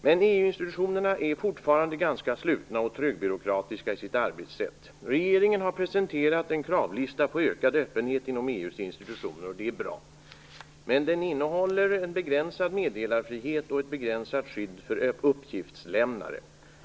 Men EU-institutionerna är fortfarande ganska slutna och trögbyråkratiska i sitt arbetssätt. Regeringen har presenterat en kravlista på ökad öppenhet inom EU:s institutioner, och det är bra. Men den innehåller en begränsad meddelarfrihet och ett begränsat skydd för uppgiftslämnare.